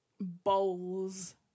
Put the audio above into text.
Bowls